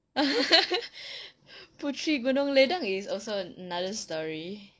puteri gunung ledang is also another story